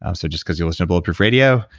um so just cause you listen to bulletproof radio,